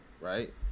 right